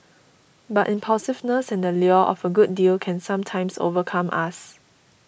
but impulsiveness and the lure of a good deal can sometimes overcome us